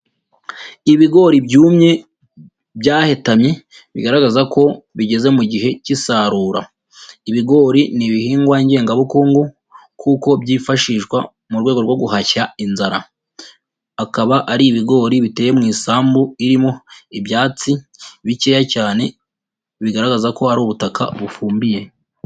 Ibigori byumye byahetamye bigaragaza ko bigeze mu gihe k'isarura, ibigori ni ibihingwa ngengabukungu kuko byifashishwa mu rwego rwo guhashya inzara, akaba ari ibigori biteye mu isambu irimo ibyatsi bikeya cyane bigaragaza ko ari ubutaka bufumbiye.